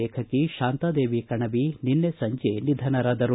ಲೇಖಕಿ ಶಾಂತಾದೇವಿ ಕಣವಿ ನಿನ್ನೆ ಸಂಜೆ ನಿಧನರಾದರು